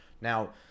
Now